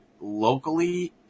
locally